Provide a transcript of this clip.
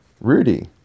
Rudy